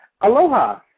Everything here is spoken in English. aloha